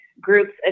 groups